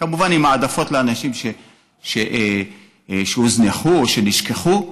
כמובן עם העדפות לאנשים שהוזנחו או שנשכחו,